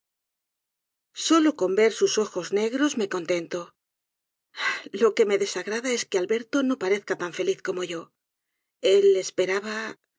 solo con ver sus ojos negros me contento ahí lo que me desagrada es que alberto no parezca tan feliz'como él esperaba